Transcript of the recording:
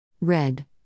Red